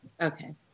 Okay